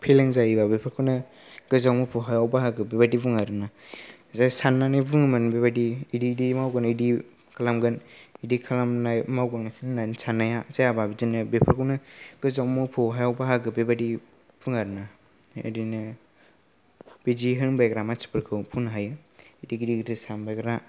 फेलें जायोबा बेफोरखौनो गोजौआव मोफौ हायाव बाहागो बेबायदि बुङो आरोना जे साननानै बुङोमोन बेबायदि इदि इदि मावगोन इदि खालामगोन इदि खालामनाय मावगोन होननानै साननाया जायाबा बिदिनो बेफोरखौनो गोजौआव मोफौ हायाव बाहागो बेबायदि बुङो आरोना एदिनो बिदि होनबायग्रा मानथिफोरखौ बुंनो हायो गिदिर गिदिर सानबायग्रा